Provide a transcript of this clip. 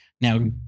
now